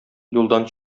юлдан